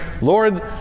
Lord